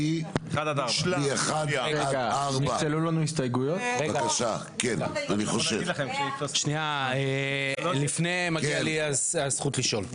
מ-1 עד 4. לפני מגיעה לי הזכות לשאול.